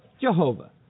Jehovah